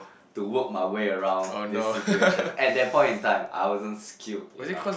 to work my way around this situation at that point in time I wasn't skilled enough